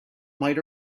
might